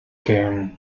que